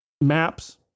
maps